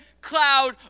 cloud